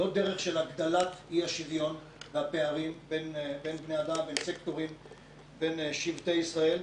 לא דרך של הגדל אי-השוויון והפירוד בין שבטי ישראל,